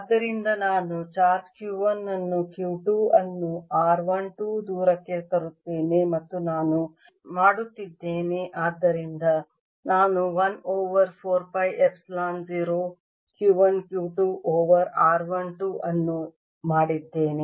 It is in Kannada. ಆದ್ದರಿಂದ ನಾನು ಚಾರ್ಜ್ Q 1 ಅನ್ನು q 2 ಅನ್ನು r 1 2 ದೂರಕ್ಕೆ ತರುತ್ತೇನೆ ಮತ್ತು ನಾನು ಮಾಡುತ್ತಿದ್ದೇನೆ ಆದ್ದರಿಂದ ನಾನು 1 over 4 pi epsilon 0 Q 1 Q 2 over r 1 2 ಅನ್ನು ಮಾಡಿದ್ದೇನೆ